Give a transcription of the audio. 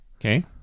okay